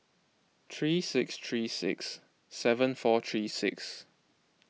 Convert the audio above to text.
three six three six seven four three six